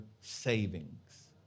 savings